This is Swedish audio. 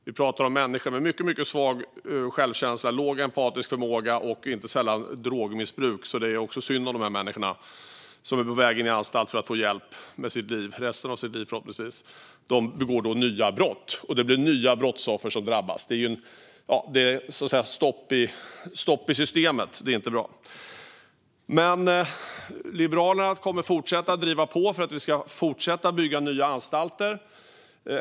Vi pratar om människor med mycket svag självkänsla, låg empatisk förmåga och inte sällan drogmissbruk, så det är också synd om de människor som är på väg in på anstalt för att få hjälp med sitt liv - resten av sitt liv, förhoppningsvis. De begår nya brott, och det blir nya brottsoffer som drabbas. Det är så att säga stopp i systemet. Det är inte bra. Liberalerna kommer att fortsätta driva på för att man ska fortsätta bygga nya anstalter.